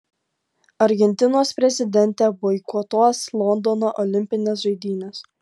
argentinos prezidentė boikotuos londono olimpines žaidynes